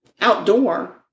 Outdoor